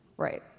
Right